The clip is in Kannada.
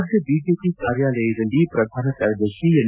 ರಾಜ್ಯ ಬಿಜೆಪಿ ಕಾರ್ಯಾಲಯದಲ್ಲಿ ಪ್ರಧಾನ ಕಾರ್ಯದರ್ಶಿ ಎನ್